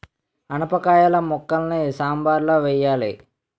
ఆనపకాయిల ముక్కలని సాంబారులో వెయ్యాలి